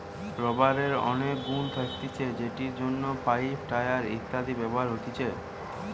রাবারের অনেক গুন্ থাকতিছে যেটির জন্য পাইপ, টায়র ইত্যাদিতে ব্যবহার হতিছে